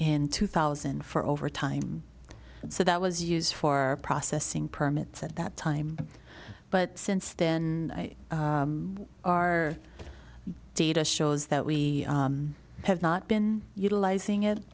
in two thousand for overtime so that was used for processing permits at that time but since then our data shows that we have not been utilizing